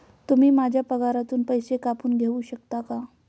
तुम्ही माझ्या पगारातून पैसे कापून घेऊ शकता का?